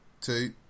two